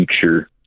future